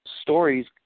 stories